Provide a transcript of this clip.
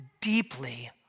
deeply